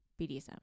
bdsm